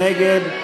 מי נגד?